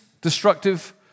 destructive